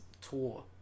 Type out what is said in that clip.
tour